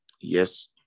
Yes